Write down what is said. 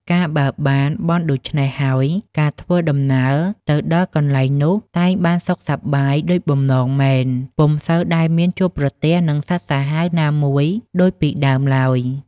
កាលបើបានបន់ដូច្នេះរួចហើយ ការធ្វើដំណើរទៅដល់កន្លែងនោះ តែងបានសុខសប្បាយដូចបំណងមែន ពុំសូវដែលមានជួបប្រទះនឹងសត្វសាហាវណាមួយដូចពីដើមឡើយ ។